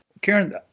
Karen